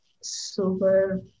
super